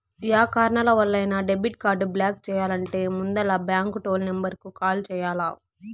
yeah కారణాలవల్లైనా debit card block చెయ్యాలంటే ముందల బాంకు టోల్ నెంబరుకు కాల్ చెయ్యాల్ల